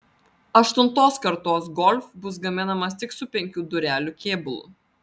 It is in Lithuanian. aštuntos kartos golf bus gaminamas tik su penkių durelių kėbulu